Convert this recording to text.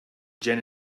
jen